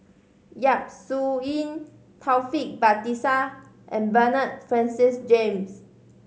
Yap Su Yin Taufik Batisah and Bernard Francis James